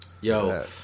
Yo